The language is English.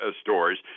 stores